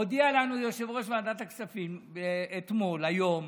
הודיע לנו יושב-ראש ועדת הכספים אתמול, היום,